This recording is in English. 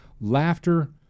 Laughter